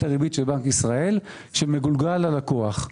הריבית של בנק ישראל שמגולגל ללקוח.